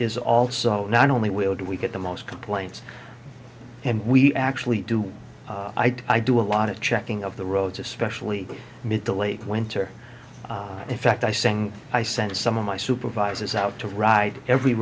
is also not only will do we get the most complaints and we actually do i do a lot of checking of the roads especially mid to late winter in fact icing i sent some of my supervisors out to ride every